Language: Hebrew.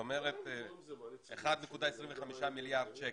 את אומרת 1.25 מיליארד שקלים.